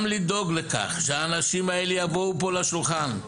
לדאוג לכך שהאנשים האלה יבואו פה לשולחן,